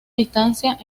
distancia